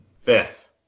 Fifth